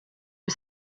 was